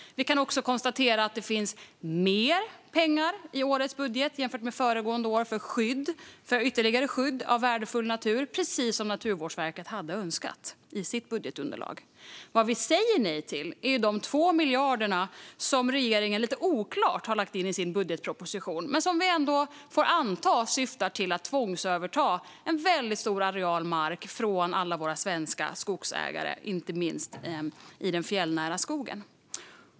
Vi kan också konstatera att det finns mer pengar i årets budget jämfört med föregående års budget för ytterligare skydd av värdefull natur, precis som Naturvårdsverket hade önskat i sitt budgetunderlag. Vad vi säger nej till är de 2 miljarder som regeringen lite oklart har lagt in i sin budgetproposition men som vi ändå får anta syftar till att tvångsöverta en väldigt stor areal mark från alla våra svenska skogsägare, inte minst i den fjällnära skogen.